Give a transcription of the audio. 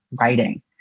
writing